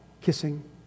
kissing